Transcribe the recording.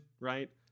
Right